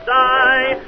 die